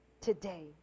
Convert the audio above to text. Today